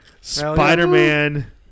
Spider-Man